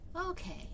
Okay